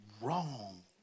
wrong